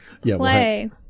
play